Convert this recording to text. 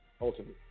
Ultimately